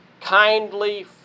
kindly